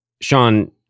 Sean